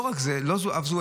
לא רק זו אף זו,